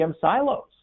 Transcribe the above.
silos